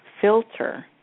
filter